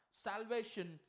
Salvation